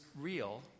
real